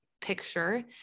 picture